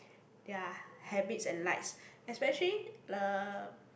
their habits and likes especially uh